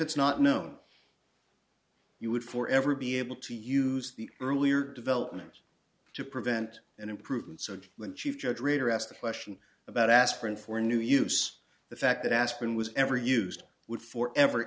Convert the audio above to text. it's not known you would for ever be able to use the earlier development to prevent an improvement so when chief judge reader asked the question about aspirin for new use the fact that aspirin was ever used would for ever